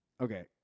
Okay